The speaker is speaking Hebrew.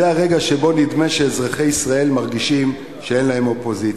זה הרגע שבו נדמה שאזרחי ישראל מרגישים שאין להם אופוזיציה.